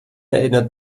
erinnert